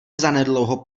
zanedlouho